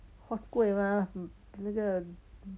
huat kueh 吗那个